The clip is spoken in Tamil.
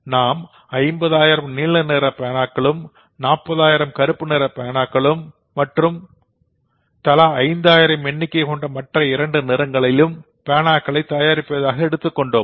நாம் 50000 நீலநிற பேனாக்களும் 40000 கருப்புநிற பேனாக்களும் மற்றும் தலா ஐந்தாயிரம் எண்ணிக்கை கொண்ட மற்ற இரண்டு நிறங்களிலும் பேனாவையும் தயாரிப்பதாக எடுத்துக்கொண்டோம்